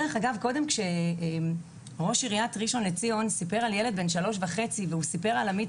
ראש עיריית ראשון לציון סיפר קודם על ילד בן 3.5 וסיפר על עמית,